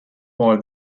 for